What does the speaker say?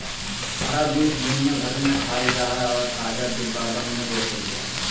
हरा बीन्स दुनिया भर में खाल जा हइ और ताजा, डिब्बाबंद में बेचल जा हइ